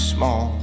Small